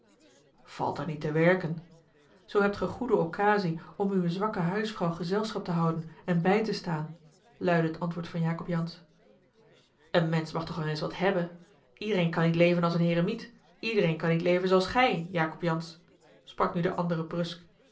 valt er niet te werken zoo hebt ge goede occasie om uwe zwakke huisvrouw gezelschap te houden en bij te staan luidde het antwoord van jacob jansz een mensch mag toch wel eens wat hebben iedereen kan niet leven als een heremiet iedereen kan niet leven zooals gij jacob jansz sprak nu de andere brusk